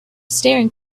staring